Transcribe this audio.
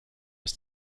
ist